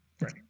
Right